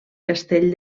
castell